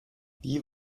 wie